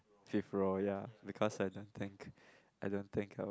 fifth roll ya because I don't think I don't think I will